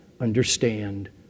understand